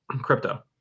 crypto